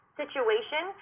situation